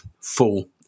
full